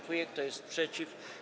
Kto jest przeciw?